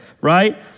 right